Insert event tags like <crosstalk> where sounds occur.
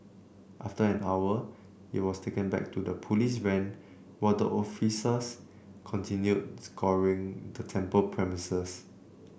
after an hour he was taken back to the police van <unintelligible> the officers continued scouring the temple premises